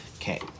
Okay